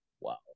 Wow